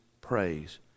praise